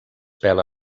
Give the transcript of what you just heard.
pela